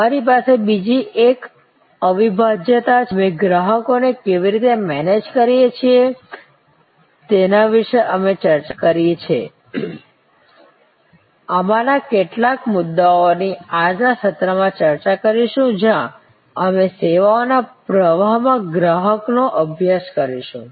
અમારી પાસે બીજી એક અવિભાજ્યતા છે તેથી અમે ગ્રાહકોને કેવી રીતે મેનેજ કરીએ છીએ તેના વિશે અમે ચર્ચા કરી છે આમાંના કેટલાક મુદ્દાઓની આજના સત્રમાં ચર્ચા કરીશું જ્યાં અમે સેવાઓના પ્રવાહમાં ગ્રાહકનો અભ્યાસ કરીશું